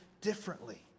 differently